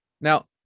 Now